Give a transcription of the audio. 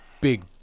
big